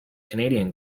canadian